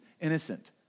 innocent